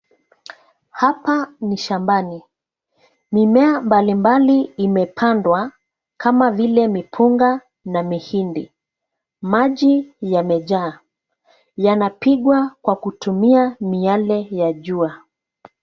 Hapa ni shambani. Mimea mbalimbali imepandwa kama vile mipunga na mihindi. Maji yamejaa, yanapigwa kwa kutumia miale ya jua.